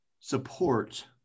support